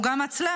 הוא גם עצלן,